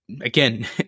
again